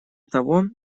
того